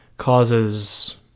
causes